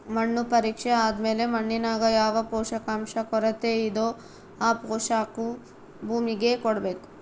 ಮಣ್ಣು ಪರೀಕ್ಷೆ ಆದ್ಮೇಲೆ ಮಣ್ಣಿನಾಗ ಯಾವ ಪೋಷಕಾಂಶ ಕೊರತೆಯಿದೋ ಆ ಪೋಷಾಕು ಭೂಮಿಗೆ ಕೊಡ್ಬೇಕು